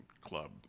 club